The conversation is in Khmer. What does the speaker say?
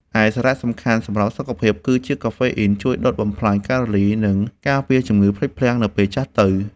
ឯសារៈសំខាន់សម្រាប់សុខភាព គឺជាតិកាហ្វេអ៊ីនជួយដុតបំផ្លាញកាឡូរី និងការពារជំងឺភ្លេចភ្លាំងនៅពេលចាស់ទៅ។